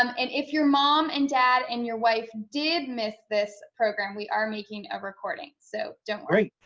um and if your mom and dad and your wife did miss this program, we are making a recording, so don't worry.